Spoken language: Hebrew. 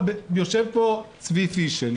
יושב פה ד"ר צבי פישל,